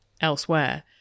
elsewhere